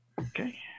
Okay